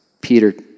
Peter